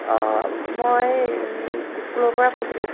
অ মই স্কুলৰ পৰা কৈছিলোঁ